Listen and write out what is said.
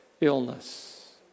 illness